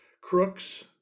crooks